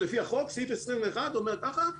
אומרים לו שלפי החוק סעיף 21 אומר כך,